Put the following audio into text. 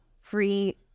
free